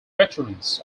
veterans